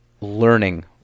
learning